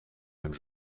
même